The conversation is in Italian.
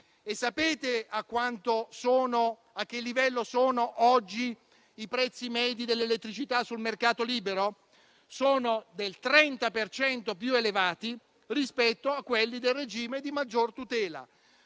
Sapete a che livello sono oggi i prezzi medi dell'elettricità sul mercato libero? Sono del 30 per cento più elevati rispetto a quelli del regime di maggior tutela.